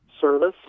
service